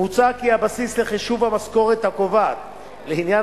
מוצע כי הבסיס לחישוב המשכורת הקובעת לעניין